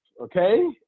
okay